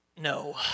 no